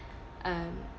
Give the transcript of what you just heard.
um